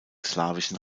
slawischen